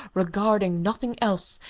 regarding nothing else,